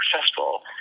successful